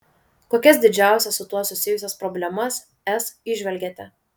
kokias didžiausias su tuo susijusias problemas es įžvelgiate